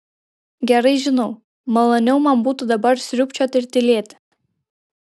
gerai žinau maloniau man būtų dabar sriubčioti ir tylėti